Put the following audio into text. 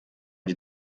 die